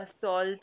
salt